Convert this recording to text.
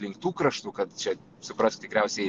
link tų kraštų kad čia suprask tikriausiai